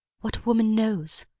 what woman knows?